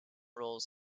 rolls